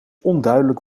onduidelijk